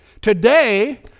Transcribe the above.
Today